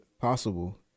possible